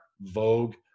Vogue